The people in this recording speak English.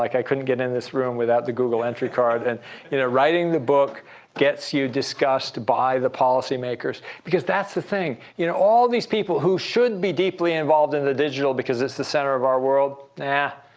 like i couldn't get in this room without the google entry card. and writing the book gets you discussed by the policymakers. because that's the thing, you know all these people who should be deeply involved in the digital because it's the center of our world, nah. yeah